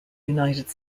united